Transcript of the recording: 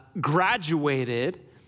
graduated